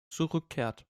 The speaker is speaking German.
zurückkehrt